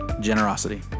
generosity